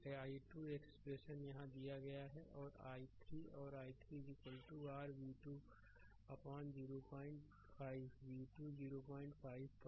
तो i 2 expression यहां दिया गया है और i3 और i3 r v2 अपान 05 v2 05 पर